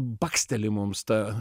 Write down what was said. baksteli mums ta